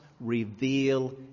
reveal